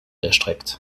erstreckt